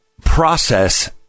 process